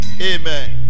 Amen